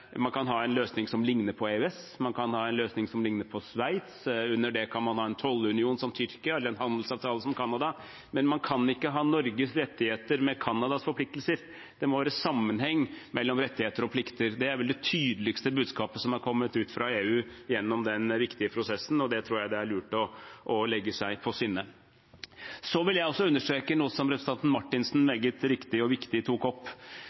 Man kan ha en løsning som ligner på EØS. Man kan ha en løsning som ligner på Sveits’. Under det kan man ha en tollunion, som Tyrkia, eller en handelsavtale, som Canada. Men man kan ikke ha Norges rettigheter med Canadas forpliktelser, det må være sammenheng mellom rettigheter og plikter. Det er vel det tydeligste budskapet som er kommet fra EU gjennom den viktige prosessen, og det tror jeg er lurt å legge seg på sinne. Jeg vil også understreke noe som representanten Marthinsen meget riktig og viktig tok opp.